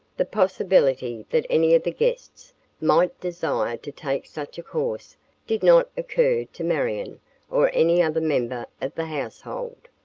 the possibility that any of the guests might desire to take such a course did not occur to marion or any other member of the household.